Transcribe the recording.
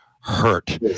hurt